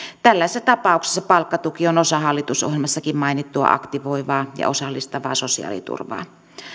tällaisessa tapauksessa palkkatuki on osa hallitusohjelmassakin mainittua aktivoivaa ja osallistavaa sosiaaliturvaa